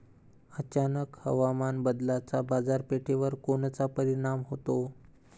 अचानक हवामान बदलाचा बाजारपेठेवर कोनचा परिणाम होतो?